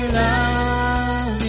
love